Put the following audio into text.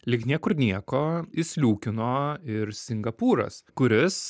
lyg niekur nieko įsliūkino ir singapūras kuris